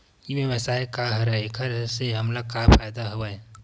ई व्यवसाय का हरय एखर से हमला का फ़ायदा हवय?